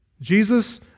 Jesus